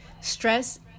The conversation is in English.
stress